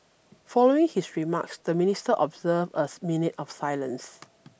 following his remarks the Ministers observed a minute of silence